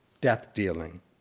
death-dealing